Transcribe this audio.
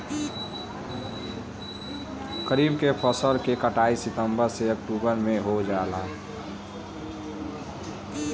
खरीफ के फसल के कटाई सितंबर से ओक्टुबर में हो जाला